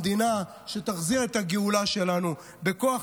המדינה שתחזיר את הגאולה שלנו בכוח